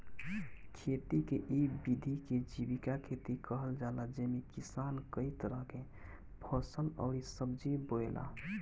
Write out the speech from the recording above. खेती के इ विधि के जीविका खेती कहल जाला जेमे किसान कई तरह के फसल अउरी सब्जी बोएला